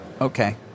Okay